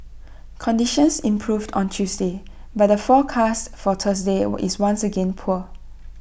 conditions improved on Tuesday but the forecast for Thursday were is once again poor